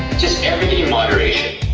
just everything in moderation.